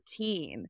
14